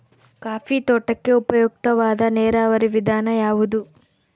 Coffee ತೋಟಕ್ಕೆ ಉಪಯುಕ್ತವಾದ ನೇರಾವರಿ ವಿಧಾನ ಯಾವುದು?